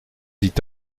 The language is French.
dit